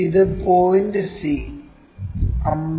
ഇത് point c